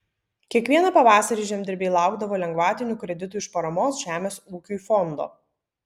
kiekvieną pavasarį žemdirbiai laukdavo lengvatinių kreditų iš paramos žemės ūkiui fondo